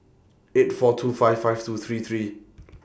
eight four two five five two three three